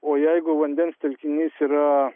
o jeigu vandens telkinys yra